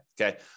okay